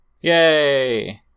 Yay